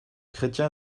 chrétien